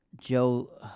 Joe